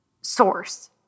source